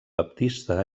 baptista